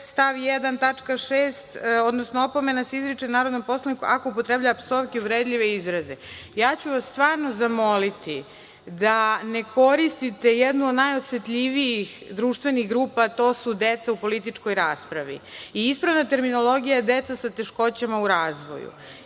tačka 6. odnosno opomena se izriče narodnom poslaniku ako upotrebljava psovke i uvredljive izraze. Stvarno ću vas zamoliti da ne koristite jednu od najosetljivijih društvenih grupa, a to su deca u političkoj raspravi. I ispravna terminologija, jeste deca sa teškoćama u razvoju. Zaista